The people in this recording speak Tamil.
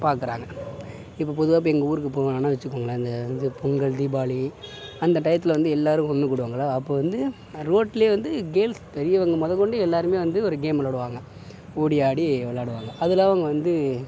பார்க்குறாங்க இப்போ பொதுவாக இப்போ எங்கள் ஊருக்கு போறோம்னு வச்சுக்கோங்களேன் அங்கே வந்து பொங்கல் தீபாவளி அந்த டயத்தில் வந்து எல்லாரும் ஒன்று கூடுவாங்கயில்ல அப்போது வந்து நான் ரோட்டில் வந்து கேம்ஸ் பெரியவங்க மொதல்கொண்டு எல்லாருமே வந்து ஒரு கேம் விளாடுவாங்க ஓடி ஆடி விளாடுவாங்க அதெலாம் அவங்க வந்து